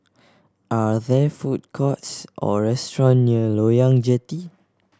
are there food courts or restaurant near Loyang Jetty